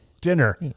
dinner